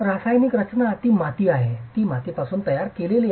रासायनिक रचना ती माती आहे ती मातीपासून तयार केलेली आहे